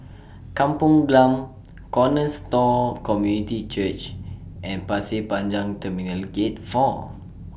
Kampung Glam Cornerstone Community Church and Pasir Panjang Terminal Gate four